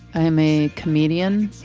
i am a comedian.